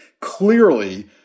Clearly